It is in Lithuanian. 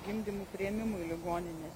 gimdymų priėmimu į ligonines